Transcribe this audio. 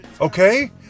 okay